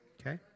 Okay